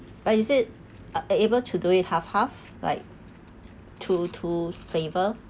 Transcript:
but is it uh able to do it half half like two two flavor